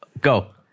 Go